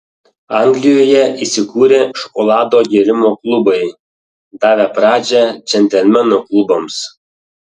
anglijoje įsikūrė šokolado gėrimo klubai davę pradžią džentelmenų klubams